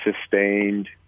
sustained